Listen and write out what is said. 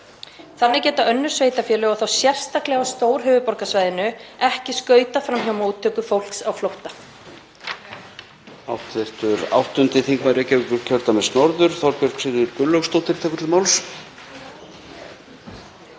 Þannig geta önnur sveitarfélög, og þá sérstaklega á stórhöfuðborgarsvæðinu, ekki skautað fram hjá móttöku fólks á flótta.